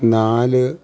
നാല്